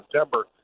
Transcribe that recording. September